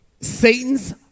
Satan's